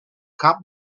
cap